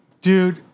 Dude